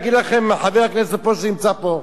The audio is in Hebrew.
יגיד לכם חבר הכנסת שנמצא פה,